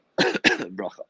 bracha